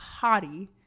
hottie